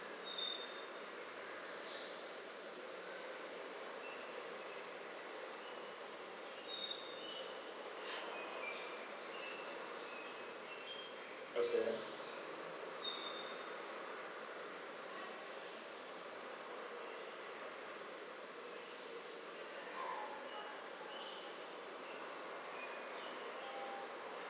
okay